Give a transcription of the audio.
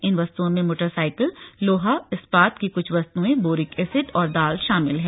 इन वस्तुओं में मोटरसाईकिलें लोहे और इस्पाात की कुछ वस्तुहएं बोरिक एसिड और दालें शामिल हैं